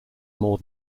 more